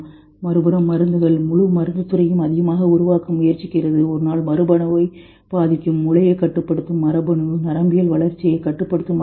மறுபுறம் மருந்துகள் முழு மருந்துத் துறையும் அதிகமாக உருவாக்க முயற்சிக்கிறது ஒருநாள் மரபணுவை பாதிக்கும் மூளையை கட்டுப்படுத்தும் மரபணு நரம்பியல் வளர்ச்சியைக் கட்டுப்படுத்தும் மரபணு